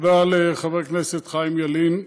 תודה לחבר הכנסת חיים ילין.